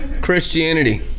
Christianity